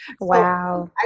wow